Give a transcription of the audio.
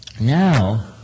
now